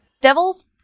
Devils